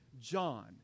John